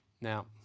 Now